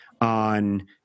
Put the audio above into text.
on